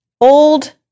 Old